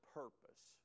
purpose